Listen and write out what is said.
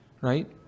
Right